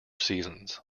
seasons